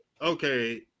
okay